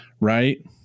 Right